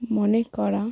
মনে করা